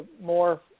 more